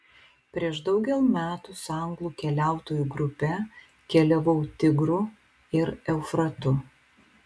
prieš daugel metų su anglų keliautojų grupe keliavau tigru ir eufratu